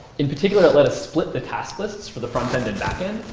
in particular, it let us split the task lists for the frontend and backend.